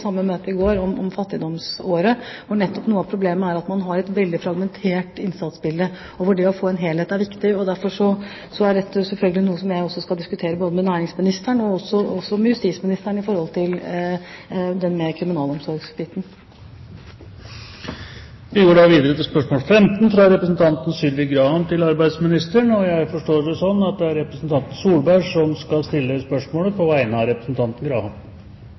samme møte i går om fattigdomsåret 2010, og nettopp noe av problemet er at man har et veldig fragmentert innsatsbilde – og det å få en helhet er viktig. Derfor er dette selvfølgelig noe som jeg skal diskutere med næringsministeren og også med justisministeren i forhold til kriminalomsorgsbiten. Dette spørsmålet, fra Sylvi Graham til arbeidsministeren, blir tatt opp av representanten Erna Solberg. Da vil jeg få stille følgende spørsmål til arbeidsministeren: «Den 30. juni 2006 ble følgende publisert på Navs nettsider: «Det er